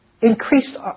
increased